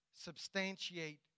substantiate